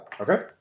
Okay